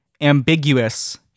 ambiguous